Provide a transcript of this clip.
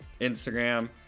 Instagram